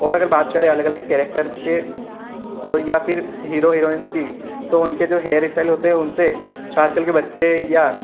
और अगर बात करे अलग अलग कैरैक्टर्ज़ के और या फिर हीरो हीरोइंज़ की तो उनके जो हेयर इस्टाइल होते हैं उनसे आज कल के बच्चे या